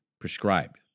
prescribed